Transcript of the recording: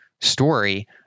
story